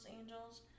Angels